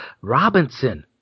Robinson